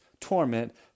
torment